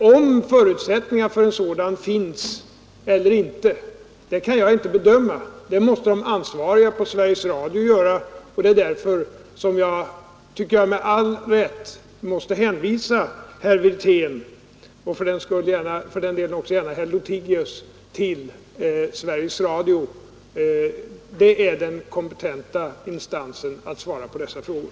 Om förutsättningar för en sådan finns eller inte kan jag inte bedöma. Det måste de ansvariga på Sveriges Radio göra, och det är därför som jag — med all rätt, tycker jag — måste hänvisa herr Wirtén, och för den delen också gärna herr Lothigius, till Sveriges Radio. Det är den instans som är kompetent att svara på dessa frågor.